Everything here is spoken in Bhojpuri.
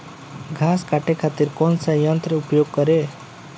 घास काटे खातिर कौन सा यंत्र का उपयोग करें?